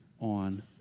on